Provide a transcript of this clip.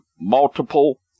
multiple